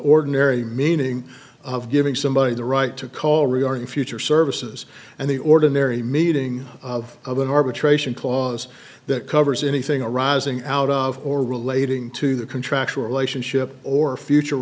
ordinary meaning of giving somebody the right to call rearming future services and the ordinary meeting of of an arbitration clause that covers anything arising out of or relating to the contractual relationship or future